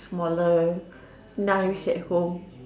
smaller knives at home